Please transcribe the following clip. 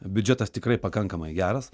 biudžetas tikrai pakankamai geras